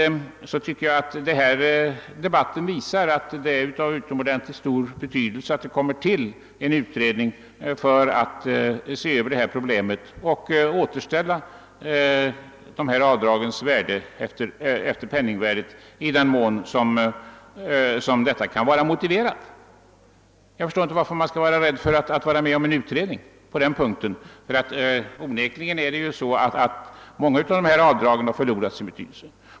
Vidare tycker jag att denna debatt visar att det är av utomordentlig betydelse att det tillsättes en utredning för att se över dessa problem och återställa avdragens värde så att de kommer i paritet med penningvärdet — i den mån detta kan vara motiverat. Jag förstår inte varför man är rädd för en sådan utredning. Avdragen har onekligen förlorat i betydelse.